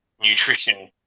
Nutrition